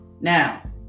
Now